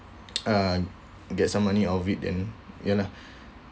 uh get some money out of it then ya lah